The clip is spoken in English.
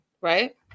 right